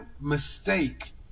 mistake